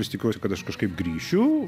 vis tikiuosi kad aš kažkaip grįšiu